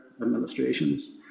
administrations